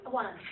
one